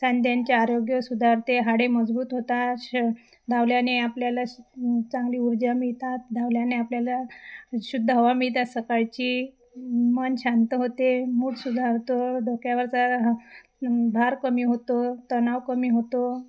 सांध्यांचे आरोग्य सुधारते हाडे मजबूत होतात श धावल्याने आपल्याला चांगली ऊर्जा मिळतात धावल्याने आपल्याला शुद्ध हवा मिळतात सकाळची मन शांत होते मूड सुधारतो डोक्यावरचा भार कमी होतो तणाव कमी होतो